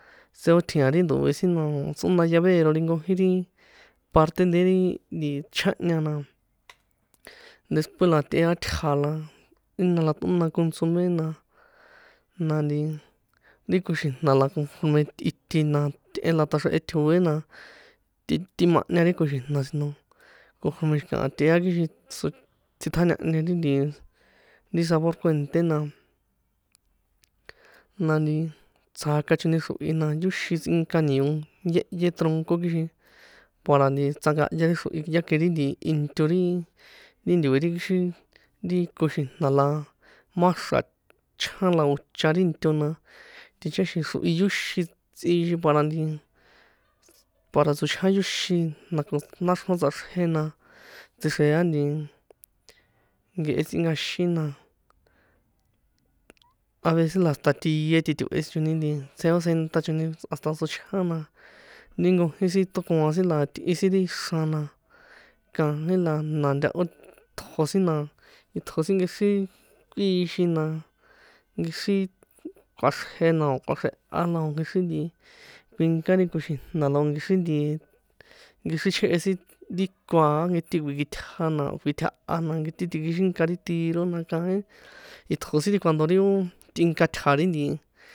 Tsꞌeotji̱an ri ndo̱e sin na o̱ tsꞌona llavero ri nkojín ri parte de ri nti chjahña na, después la tꞌea tja̱ la, jína la ṭꞌóna consome na, na nti ri koxi̱jna̱ la conforme tꞌite na, tꞌe la ṭꞌaxrjehe tjo̱e la, tꞌi tꞌimahña ri koxi̱jna̱ si no, conforme xi̱kaha tꞌea kixin tsꞌiṭjañahña ri nti sabor kuènṭé na, na nti tsjaaka choni xrohi na yóxin tsꞌinka ni̱o yéyé tronco kixin tsꞌankahya ri xrohi ya ke ri nti into ri, ri nṭo̱e ri xi ri koxi̱jna̱ la, má xra̱ chjan la o̱ cha ri nto na, ticháxi̱n xrohi yóxin tsꞌixin para nti para tsochjan yóxin la ko náxrjon tsꞌaxrje na tsixrea nkehe tsꞌinkaxin na, avece la hasta tie tito̱he choni tsꞌeotsjenṭa choni hasta chochjan na, ti nkojín sin tokoan sin la tꞌi sin ri xran na kaín la na̱ ntahó ṭjo sin na, ṭjo sin nkexrí kꞌuixin na, nkexrí kꞌuaxrje la o̱ kꞌuaxrjeha la o̱ nkexrí nti kuinka ri koxi̱jna̱ la o̱ nkexrí nti, nkexrí chjehe sin ri ko a a nketi kuikꞌitja na o̱ kꞌuitjaha na nketi tikitsínka ri tiro na kaín iṭjo sin ri cuando ri ó tꞌinka tja̱ ri nti.